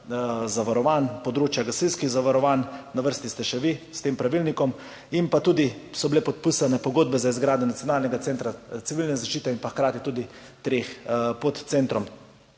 zavarovanj, področja gasilskih zavarovanj, na vrsti ste še vi s tem pravilnikom. In podpisane so bile tudi pogodbe za izgradnjo nacionalnega centra civilne zaščite in hkrati tudi treh podcentrov.